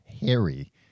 Harry